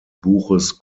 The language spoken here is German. buches